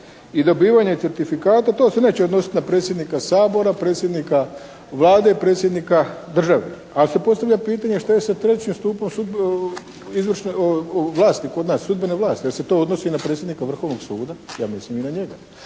i dobivanje certifikata, to se neće odnositi na predsjednika Sabora, predsjednika Vlade i Predsjednika države, ali se postavlja pitanje šta je sa trećim stupom izvršne vlasti kod nas, sudbene vlasti. Jel' se to odnosi i na predsjednika Vrhovnog suda? Ja mislim i na njega.